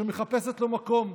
שמחפשת לו מקום,